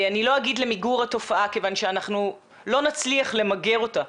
אני לא אגיד למיגור התופעה כיוון שאנחנו לא נצליח למגר אותה.